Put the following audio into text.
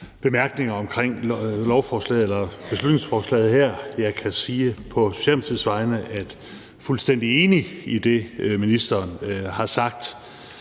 bemærkninger omkring beslutningsforslaget her. Jeg kan sige på Socialdemokratiets vegne, at vi er fuldstændig enige i det, ministeren har sagt,